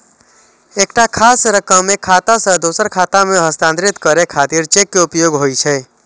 एकटा खास रकम एक खाता सं दोसर खाता मे हस्तांतरित करै खातिर चेक के उपयोग होइ छै